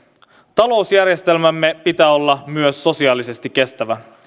talousjärjestelmämme pitää olla myös sosiaalisesti kestävä